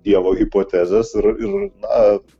dievo hipotezės ir ir na